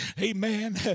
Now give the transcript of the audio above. amen